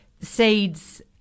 seeds